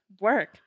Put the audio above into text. Work